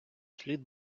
слід